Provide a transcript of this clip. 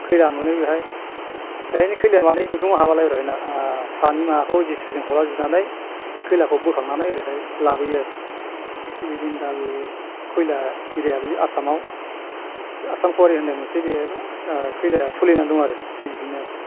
खैला मोनो बेवहाय बेवहायनो खैलाया माने गुदुंआव हाबालायब्रा बेना सानि माबाखौ जे सि पि जों हलाजोबनानै बे खैलाखौ बोखांनानै ओरैहाय लाबोयो आरो थिग बिदिनो दा बे खयला एरियाआ बे आसामाव बे आसाम कुवारि होननाय मोनसे बे खैलाया सोलिनानै दं आरो थिग बिदिनो आरो